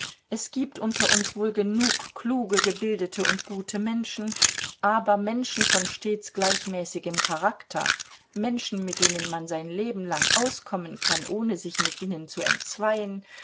es gibt unter uns wohl genug kluge gebildete und gute menschen aber menschen von stets gleichmäßigem charakter menschen mit denen man sein leben lang auskommen kann ohne sich mit ihnen zu entzweien